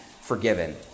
forgiven